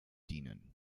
dienen